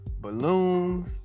Balloons